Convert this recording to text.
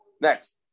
Next